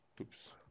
Oops